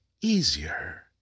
easier